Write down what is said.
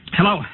Hello